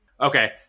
Okay